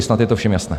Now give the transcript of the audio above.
Snad je to všem jasné.